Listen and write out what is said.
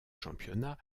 championnat